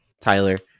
Tyler